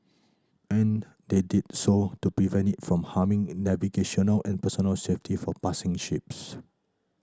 and they did so to prevent it from harming navigational and personnel safety for passing ships